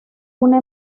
una